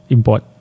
Import